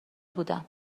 بودم